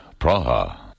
Praha